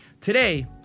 Today